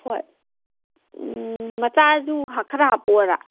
ꯍꯣꯏ ꯎꯝ ꯃꯆꯥꯁꯨ ꯈꯔ ꯍꯥꯞꯂꯛꯂꯣꯔꯥ